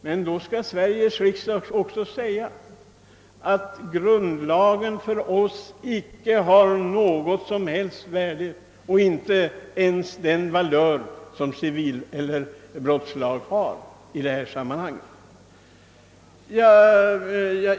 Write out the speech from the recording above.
Men då skall också Sveriges riksdag förklara att grundlagen inte har något som helst värde för oss, inte ens samma värde som den civila brottsbalken har.